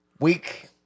week